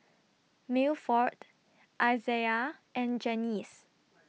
Milford Isaiah and Janyce